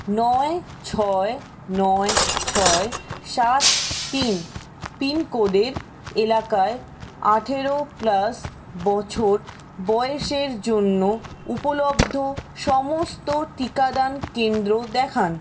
নয় ছয় নয় ছয় সাত তিন পিনকোডের এলাকায় আঠেরো প্লাস বছর বয়েসের জন্য উপলব্ধ সমস্ত টিকাদান কেন্দ্র দেখান